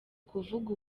kuvuga